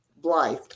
Blythe